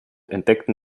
entdeckten